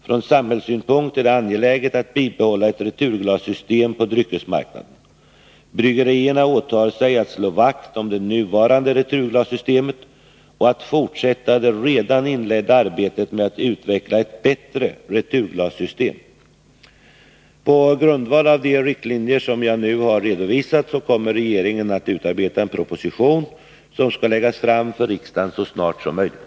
Från samhällssynpunkt är det angeläget att bibehålla ett returglassystem på dryckesmarknaden. Bryggerierna åtar sig att slå vakt om det nuvarande returglassystemet och att fortsätta det redan inledda arbetet med att utveckla ett bättre returglassystem. På grundval av de riktlinjer som jag nu har redovisat kommer regeringen att utarbeta en proposition som skall läggas fram för riksdagen så snart som möjligt.